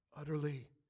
Utterly